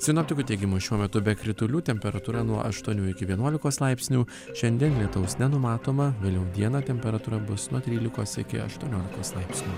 sinoptikų teigimu šiuo metu be kritulių temperatūra nuo aštuonių iki vienuolikos laipsnių šiandien lietaus nenumatoma vėliau dieną temperatūra bus nuo trylikos iki aštuoniolikos laipsnių